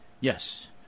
Yes